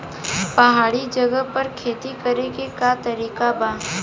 पहाड़ी जगह पर खेती करे के का तरीका बा?